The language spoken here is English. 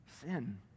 sin